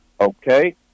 Okay